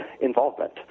involvement